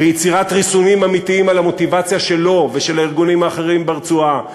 ויצירת ריסונים אמיתיים למוטיבציה שלו ושל הארגונים האחרים ברצועה,